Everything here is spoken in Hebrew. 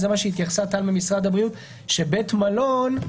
זה מה שהתייחסו כאן ממשרד הבריאות, שבית מלון,